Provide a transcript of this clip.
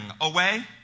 away